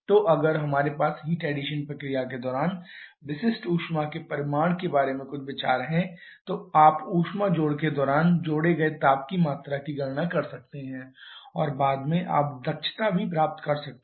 तो अगर हमारे पास हीट एडिशन प्रक्रिया के दौरान विशिष्ट ऊष्मा के परिमाण के बारे में कुछ विचार है तो आप ऊष्मा जोड़ के दौरान जोड़े गए ताप की मात्रा की गणना कर सकते हैं और बाद में आप दक्षता भी प्राप्त कर सकते हैं